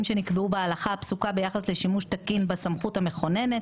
שנקבעו בהלכה הפסוקה ביחס לשימוש תקין בסמכות המכוננת,